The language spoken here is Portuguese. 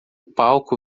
palco